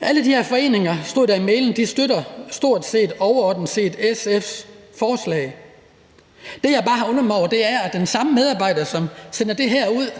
alle de her foreninger overordnet set støtter SF's forslag. Det, jeg bare undrer mig over, er, at den medarbejder, som sendte det ud, altså